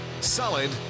Solid